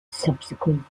subsequent